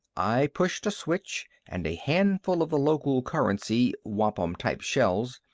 i pushed a switch and a handful of the local currency, wampum-type shells,